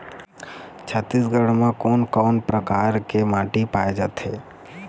छत्तीसगढ़ म कोन कौन प्रकार के माटी पाए जाथे?